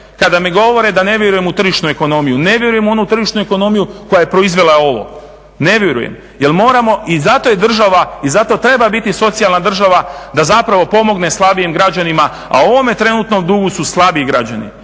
Kada mi govore da ne vjerujem u tržišnu ekonomiju, ne vjerujem u onu tržišnu ekonomiju koja je proizvela ovo, ne vjerujem jer moramo, i zato je država, i zato treba biti socijalna država da zapravo pomogne slabijim građanima a u ovome trenutnome dugu su slabiji građani.